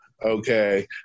Okay